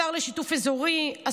השר לשיתוף אזורי,